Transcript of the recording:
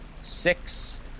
six